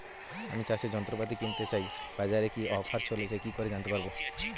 আমি চাষের যন্ত্রপাতি কিনতে চাই বাজারে কি কি অফার চলছে কি করে জানতে পারবো?